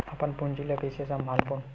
अपन पूंजी ला कइसे संभालबोन?